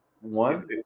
One